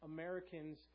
Americans